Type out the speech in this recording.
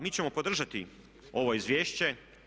Mi ćemo podržati ovo izvješće.